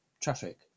traffic